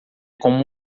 como